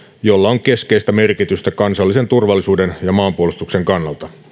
jolla on keskeistä merkitystä kansallisen turvallisuuden ja maanpuolustuksen kannalta